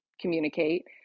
communicate